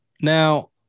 Now